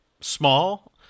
small